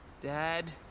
Dad